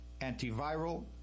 antiviral